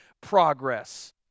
progress